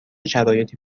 شرایطی